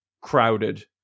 crowded